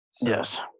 Yes